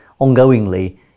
ongoingly